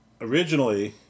Originally